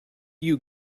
you